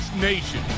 Nation